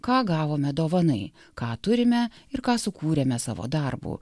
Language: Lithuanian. ką gavome dovanai ką turime ir ką sukūrėme savo darbu